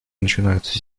начинается